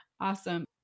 Awesome